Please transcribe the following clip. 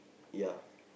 ya